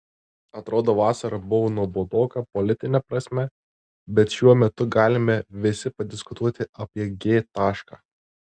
atrodo vasara buvo nuobodoka politine prasme bet šiuo metu galime visi padiskutuoti apie g tašką